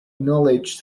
knowledge